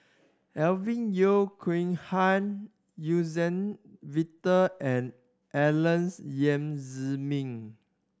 Alvin Yeo Khirn Hai Suzann Victor and Alex Yam Ziming